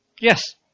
Yes